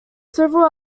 several